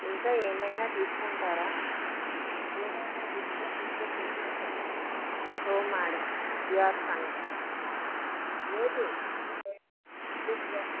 ఇంకా ఏమైన తీసుకుంటారా ఏమైన డిస్కౌంట్ ఇస్తే తీసుకుంటాం no madam you are funny లేదు మేము సీరియస్గా